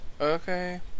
Okay